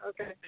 okay